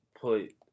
put